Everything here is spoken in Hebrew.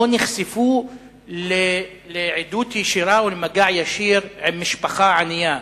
לא נחשפו לעדות ישירה או למגע ישיר עם משפחה ענייה.